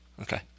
Okay